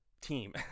team